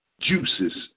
juices